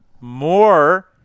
more